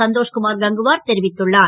சந்தோ குமார் கங்குவார் தெரிவித்துள்ளார்